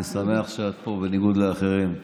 אני שמח שאת פה, בניגוד לאחרים.